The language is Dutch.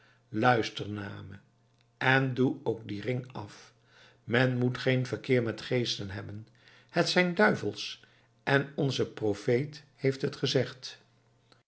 luister naar me en doe ook dien ring af men moet geen verkeer met geesten hebben het zijn duivels en onze profeet heeft het gezegd